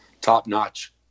top-notch